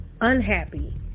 unhappy